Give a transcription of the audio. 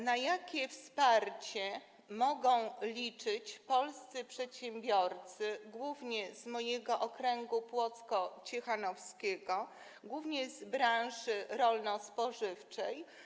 Na jakie wsparcie mogą liczyć polscy przedsiębiorcy, głównie z mojego okręgu płocko-ciechanowskiego, głównie z branży rolno-spożywczej?